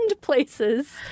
places